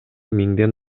миңден